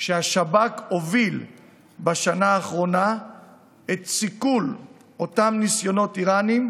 שהשב"כ הוביל בשנה האחרונה סיכול של אותם ניסיונות איראניים